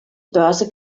börse